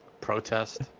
protest